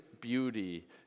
beauty